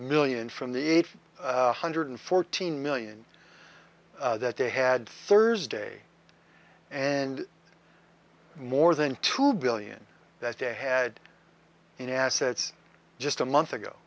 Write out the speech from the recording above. million from the eight hundred fourteen million that they had thursday and more than two billion that they had in assets just a month ago